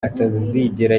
atazigera